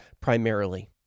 primarily